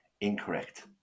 incorrect